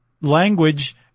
language –